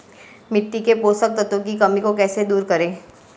मिट्टी के पोषक तत्वों की कमी को कैसे दूर करें?